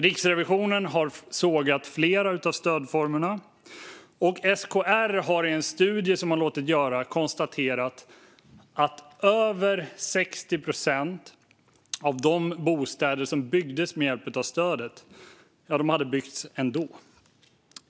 Riksrevisionen har sågat flera av stödformerna, och SKR har i en studie som man låtit göra konstaterat att över 60 procent av de bostäder som byggdes med hjälp av stödet hade byggts ändå.